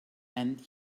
and